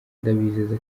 ndabizeza